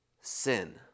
sin